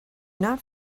not